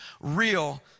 real